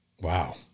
Wow